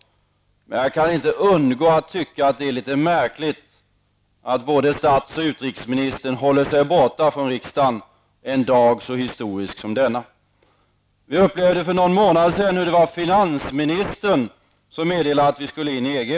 Men jag kan inte undgå att tycka att det är litet märkligt att både stats och utrikesministern håller sig borta från riksdagen en dag så historisk som denna. Vi upplevde för någon månad sedan att finansministern meddelade att vi skulle gå med i EG.